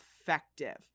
effective